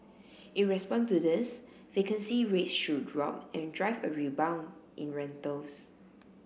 in response to this vacancy rates should drop and drive a rebound in rentals